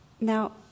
Now